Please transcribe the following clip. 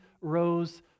rose